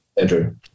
Andrew